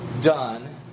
done